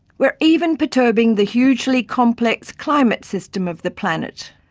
we are even perturbing the hugely complex climate system of the planet.